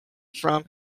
from